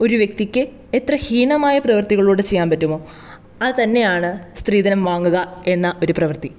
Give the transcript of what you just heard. ഒരു വ്യക്തിക്ക് എത്ര ഹീനമായ പ്രവർത്തികളിലൂടെ ചെയ്യാൻ പറ്റുമോ അതു തന്നെയാണ് സ്ത്രീധനം വാങ്ങുക എന്ന ഒരു പ്രവൃത്തി